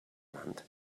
wand